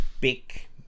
big